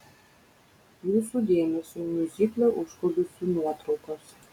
jūsų dėmesiui miuziklo užkulisių nuotraukos